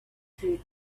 through